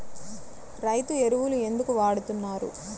రైతు ఎరువులు ఎందుకు వాడుతున్నారు?